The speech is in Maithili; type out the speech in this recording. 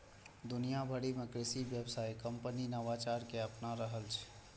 दुनिया भरि मे कृषि व्यवसाय कंपनी नवाचार कें अपना रहल छै